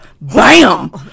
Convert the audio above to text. bam